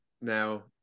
now